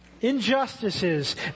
Injustices